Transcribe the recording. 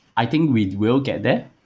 i think we will get there.